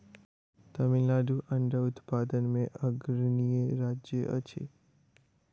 तमिलनाडु अंडा उत्पादन मे अग्रणी राज्य अछि